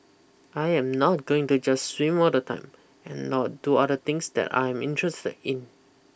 I am not going to just swim all the time and now do other things that I am interested in